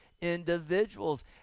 individuals